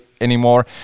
anymore